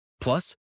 Plus